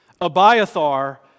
Abiathar